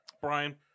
Brian